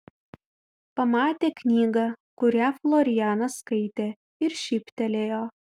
pamatė knygą kurią florianas skaitė ir šyptelėjo